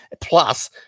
plus